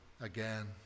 again